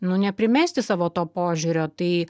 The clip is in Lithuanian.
nu neprimesti savo to požiūrio tai